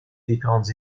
différentes